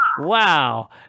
Wow